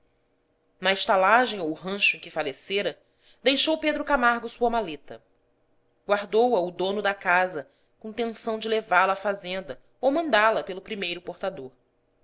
na estalagem ou rancho em que falecera deixou pedro camargo sua maleta guardou-a o dono da casa com tenção de levá-la à fazenda ou mandá-la pelo primeiro portador